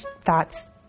thoughts